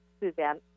Suzanne